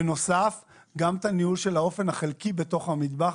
בנוסף גם את הניהול החלקי בתוך המטבח